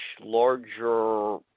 larger